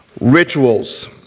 Rituals